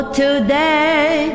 today